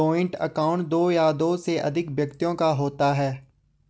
joint account दो या दो से अधिक व्यक्तियों का होता है